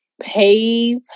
Pave